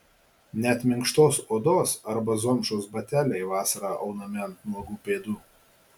net minkštos odos arba zomšos bateliai vasarą aunami ant nuogų pėdų